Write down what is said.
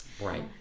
right